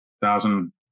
thousand